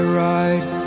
ride